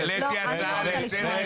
אני רוצה להראות לכם --- לא,